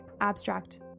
abstract